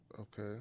Okay